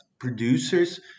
producers